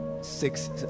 six